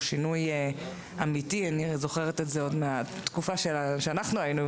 שינוי אמיתי אני זוכרת את זה עוד מהתקופה שאנחנו היינו